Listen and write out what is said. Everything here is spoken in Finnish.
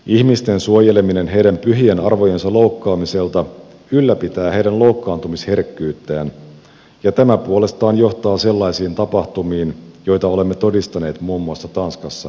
ihmisten suojeleminen heidän pyhien arvojensa loukkaamiselta ylläpitää heidän loukkaantumisherkkyyttään ja tämä puolestaan johtaa sellaisiin tapahtumiin joita olemme todistaneet muun muassa tanskassa ja hollannissa